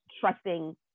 trusting